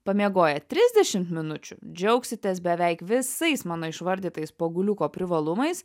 pamiegoję trisdešimt minučių džiaugsitės beveik visais mano išvardytais poguliuko privalumais